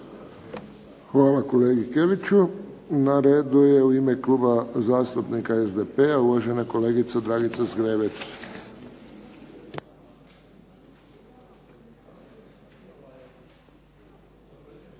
Hvala kolegi Keliću. Na redu je u ime Kluba zastupnika SDP-a uvažena kolegica Dragica Zgrebec.